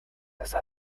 совета